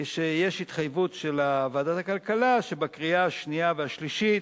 כשיש התחייבות של ועדת הכלכלה שבקריאה השנייה והשלישית